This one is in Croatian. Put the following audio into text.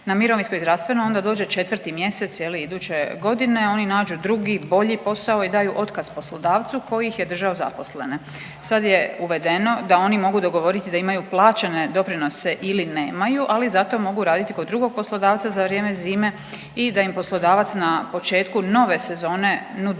na mirovinsko i zdravstveno, onda dođe 4. mjesec je li iduće godine, oni nađu drugi i bolji posao i daju otkaz poslodavcu koji ih je držao zaposlene. Sad je uvedeno da oni mogu dogovoriti da imaju plaćene doprinose ili nemaju, ali zato mogu raditi kod drugog poslodavca za vrijeme zime i da im poslodavac na početku nove sezone nudi